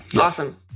Awesome